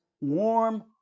warm